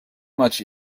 much